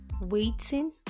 waiting